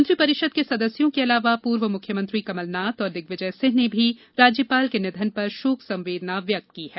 मंत्री परिषद के सदस्यों के अलावा पूर्व मुख्यमंत्री कमलनाथ और दिग्यिजय सिंह ने भी राज्यपाल के निधन पर शोक संवेदना व्यक्त की है